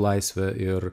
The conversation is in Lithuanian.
laisve ir